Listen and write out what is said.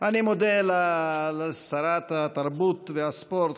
אני מודה לשרת התרבות והספורט,